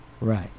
Right